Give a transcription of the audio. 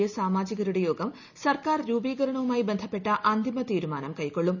A സാമാജികരുടെ യോഗം സർക്കാർ രൂപീകരണവുമായി ബന്ധപ്പെട്ട അന്തിമ തീരുമാനം കൈക്കൊള്ളും